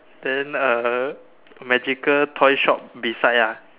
then uh magical toy shop beside ah